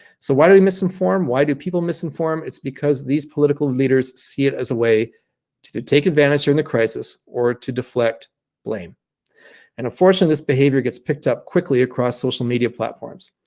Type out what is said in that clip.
so why do they miss inform? why do people miss inform? it's because these political leaders see it as a way to to take advantage in the crisis or to deflect blame and a fortunate this behavior gets picked up quickly across social media platforms.